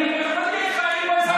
אני עכשיו שוקל לא לתמוך בחוק שלך,